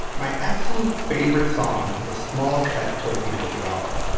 my absolute favorite song was a small cut towards the end of the album,